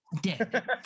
dead